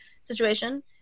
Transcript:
situation